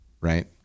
right